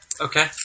Okay